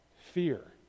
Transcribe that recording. fear